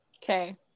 Okay